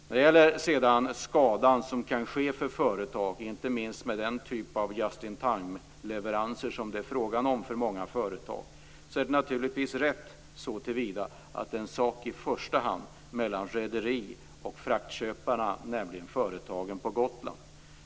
När det sedan gäller den skada som kan ske för företag, inte minst med den typ av just-in-timeleveranser som det är fråga om för många företag, är det naturligtvis rätt att det i första hand är en sak mellan rederi och fraktköparna, dvs. företagen på Gotland.